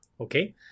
okay